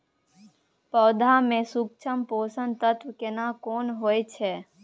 पौधा में सूक्ष्म पोषक तत्व केना कोन होय छै?